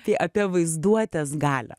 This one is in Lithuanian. tai apie vaizduotės galią